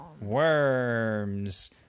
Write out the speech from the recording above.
Worms